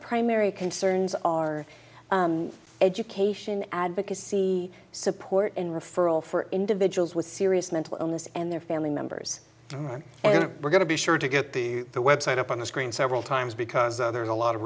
primary concerns are education advocacy support in referral for individuals with serious mental illness and their family members and we're going to be sure to get the the web site up on the screen several times because there's a lot of